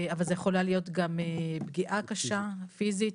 אבל זו יכולה להיות גם פגיעה קשה פיזית,